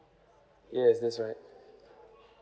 yes that's right